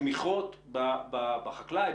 התמיכות בחקלאי,